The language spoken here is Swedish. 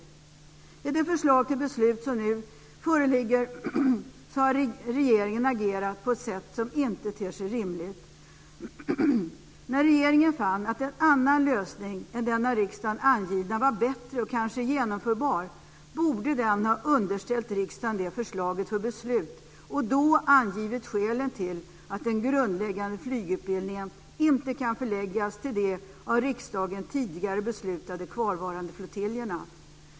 När det gäller det förslag till beslut som nu föreligger har regeringen agerat på ett sätt som inte ter sig rimligt. När regeringen fann att en annan lösning än den av riksdagen angivna var bättre och kanske genomförbar borde den ha underställt riksdagen det förslaget för beslut och då angivit skälen till att den grundläggande flygutbildningen inte kan förläggas till de av riksdagen tidigare beslutade kvarvarande flottiljerna.